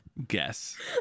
Guess